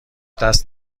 دست